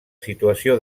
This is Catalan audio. situació